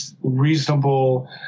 reasonable